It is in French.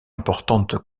importante